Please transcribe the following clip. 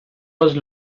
was